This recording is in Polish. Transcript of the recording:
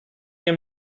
nie